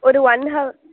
ஒரு one have